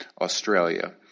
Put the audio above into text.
Australia